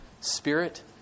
spirit